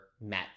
met